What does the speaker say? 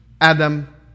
Adam